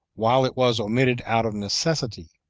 while it was omitted out of necessity,